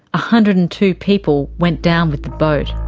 ah hundred and two people went down with the boat.